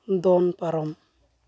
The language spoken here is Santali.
ᱫᱚᱱ ᱯᱟᱨᱚᱢ